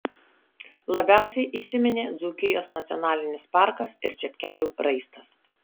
labiausiai įsiminė dzūkijos nacionalinis parkas ir čepkelių raistas